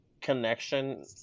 connection